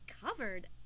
covered